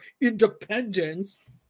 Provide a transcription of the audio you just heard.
independence